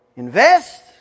Invest